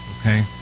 okay